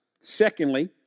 secondly